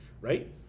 Right